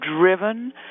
driven